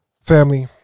Family